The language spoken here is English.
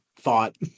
thought